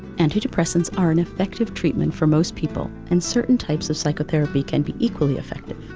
antidepressants are an effective treatment for most people and certain types of psychotherapy can be equally effective.